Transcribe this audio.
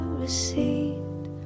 received